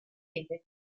rete